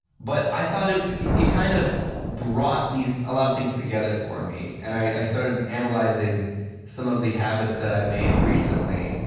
but i thought it it kind of brought a ah lot of things together for me. and i started analyzing some of the habits that i made recently,